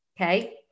okay